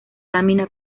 lámina